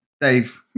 Dave